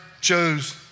chose